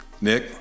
nick